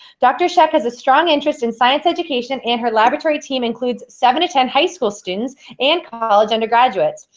dr. scheck has a strong interest in science education, and her laboratory team includes seven to ten high school students and college undergraduates.